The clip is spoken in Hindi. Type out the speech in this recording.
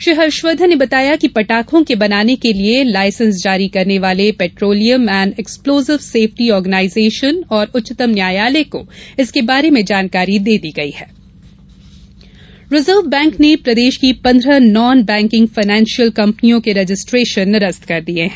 श्री हर्षवर्धन ने बताया कि पटाखों के बनाने के लिये लायसेंस जारी करने वाले petroleum and explosive safety organisation और उच्चतम न्यायालय को इसके बारे में जानकारी दे दी गई है आरबीआई रिजर्व बैंक ने प्रदेश की पंद्रह नॉन बैंकिंग फायनेंशियल कम्पनियों के रजिस्ट्रेशन निरस्त कर दिये हैं